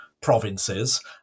provinces